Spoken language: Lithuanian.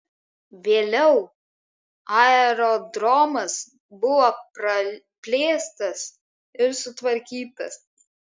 vėliau aerodromas buvo praplėstas ir sutvarkytas